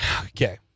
Okay